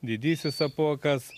didysis apuokas